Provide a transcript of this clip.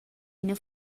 ina